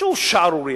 חוק שהוא שערורייה,